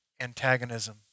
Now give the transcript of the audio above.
antagonism